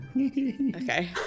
Okay